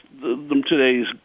today's